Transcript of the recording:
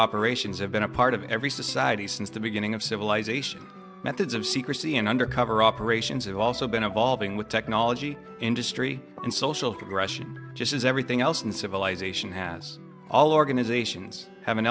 operations have been a part of every society since the beginning of civilization methods of secrecy and undercover operations have also been evolving with technology industry and social progression just as everything else in civilization has all organizations have an